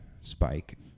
spike